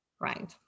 Right